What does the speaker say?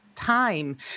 time